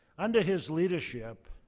under his leadership,